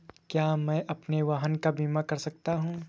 क्या मैं अपने वाहन का बीमा कर सकता हूँ?